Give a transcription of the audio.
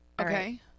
okay